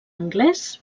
anglès